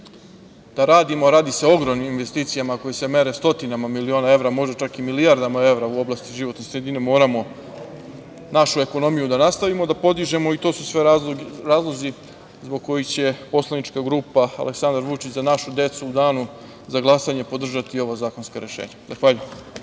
da radimo, a radi se o ogromnim investicijama koje se mere, stotinama miliona evra, može čak i milijardama evra u oblasti životne sredine, moramo našu ekonomiju da nastavimo da podižemo. To su sve razlozi zbog kojih će poslanička grupa Aleksandar Vučić – Za našu decu u danu za glasanje podržati ovo zakonsko rešenje. Zahvaljujem.